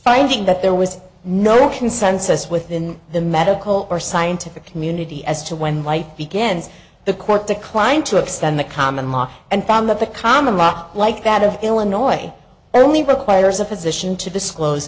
finding that there was no consensus within the medical or scientific community as to when life begins the court declined to extend the common law and found that the common rock like that of illinois only requires a physician to disclose